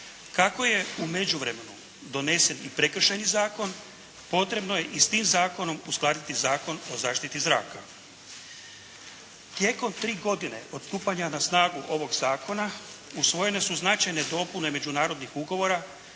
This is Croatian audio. Kako je u međuvremenu donesen i Prekršajni zakon potrebno je i s tim zakonom uskladiti Zakon o zaštiti zraka. Tijekom tri godine od stupanja na snagu ovog zakona usvojene su značajne dopune međunarodnih ugovora